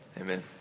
Amen